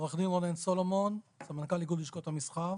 עו"ד רונן סולומון, סמנכ"ל איגוד לשכות המסחר.